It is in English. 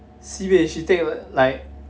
sibeh she take like